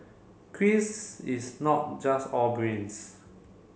Chris is not just all brains